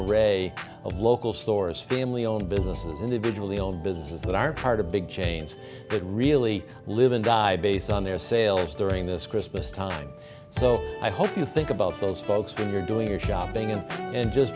a ray of local stores family owned businesses individually owned businesses that are part of big chains could really live and die based on their sales during this christmas time so i hope you think about those folks when you're doing your shopping in and just